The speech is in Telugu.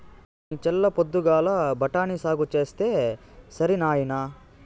నీ చల్ల పొద్దుగాల బఠాని సాగు చేస్తే సరి నాయినా